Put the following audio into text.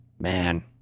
man